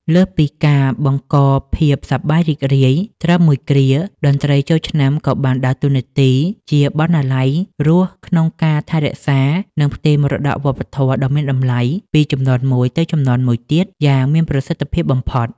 លើសពីការបង្កភាពសប្បាយរីករាយត្រឹមមួយគ្រា តន្ត្រីចូលឆ្នាំក៏បានដើរតួនាទីជាបណ្ណាល័យរស់ក្នុងការថែរក្សា និងផ្ទេរមរតកវប្បធម៌ដ៏មានតម្លៃពីជំនាន់មួយទៅជំនាន់មួយទៀតយ៉ាងមានប្រសិទ្ធភាពបំផុត។